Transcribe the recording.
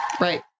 Right